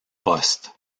poste